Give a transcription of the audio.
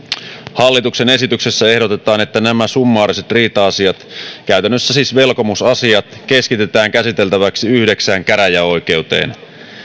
hallituksen esityksessä ehdotetaan että nämä summaariset riita asiat käytännössä siis velkomusasiat keskitetään käsiteltäväksi yhdeksään käräjäoikeuteen